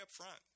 upfront